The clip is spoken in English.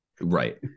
right